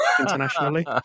internationally